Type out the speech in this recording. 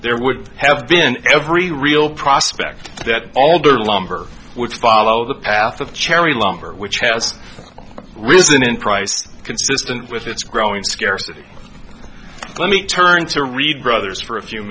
there would have been every real prospect that alder lumber would follow the path of cherry longer which has risen in price consistent with its growing scarcity let me turn to read brothers for a few